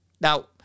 Now